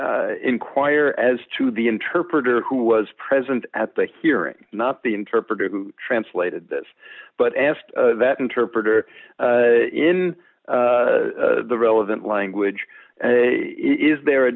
inquire as to the interpreter who was present at the hearing not the interpreter who translated this but asked that interpreter in the relevant language is there a